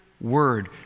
word